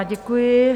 Děkuji.